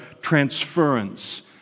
transference